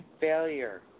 Failure